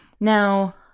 Now